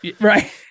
right